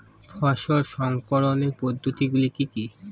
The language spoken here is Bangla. ফসল সংরক্ষণের পদ্ধতিগুলি কি কি?